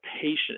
patient